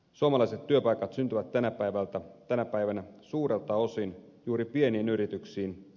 suomalaiset työpaikat syntyvät tänä päivänä suurelta osin juuri pieniin yrityksiin